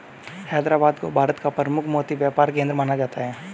हैदराबाद को भारत का प्रमुख मोती व्यापार केंद्र माना जाता है